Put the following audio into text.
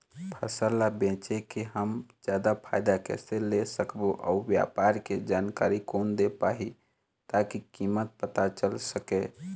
फसल ला बेचे के हम जादा फायदा कैसे ले सकबो अउ व्यापार के जानकारी कोन दे पाही ताकि कीमत पता चल सके?